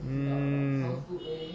mm